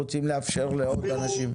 אנחנו רוצים לאפשר לעוד כמה אנשים.